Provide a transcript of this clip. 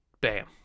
bam